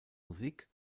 musik